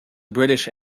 british